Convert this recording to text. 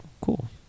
cool